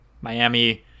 Miami